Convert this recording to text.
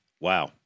Wow